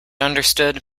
understood